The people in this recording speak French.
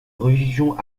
religions